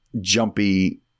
jumpy –